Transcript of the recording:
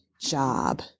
job